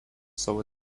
savo